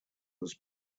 was